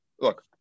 look